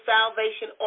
Salvation